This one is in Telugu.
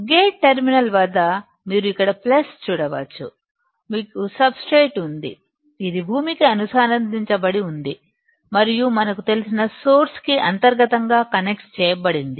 గేట్ టెర్మినల్ వద్ద మీరు ఇక్కడ ప్లస్ చూడవచ్చు మీకు సబ్ స్ట్రేట్ ఉంది ఇది భూమికి అనుసంధానించబడి ఉంది మరియు మనకు తెలిసిన సోర్స్ కి అంతర్గతంగా కనెక్ట్ చేయబడింది